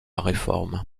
réforme